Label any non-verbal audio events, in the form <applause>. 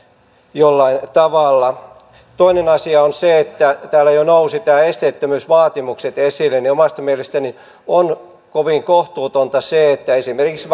jollain tavalla toinen asia on se että täällä jo nousivat esteettömyysvaatimukset esille omasta mielestäni on kovin kohtuutonta se että jos esimerkiksi <unintelligible>